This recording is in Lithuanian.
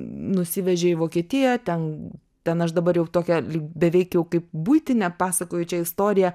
nusivežė į vokietiją ten ten aš dabar jau tokią lyg beveik jau kaip buitinę pasakoju čia istoriją